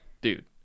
dude